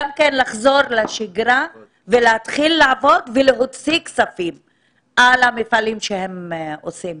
גם לחזור לשגרה ולהתחיל לעבוד ולהוציא כסף על המפעלים שהם עושים.